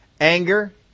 anger